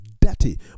dirty